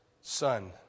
son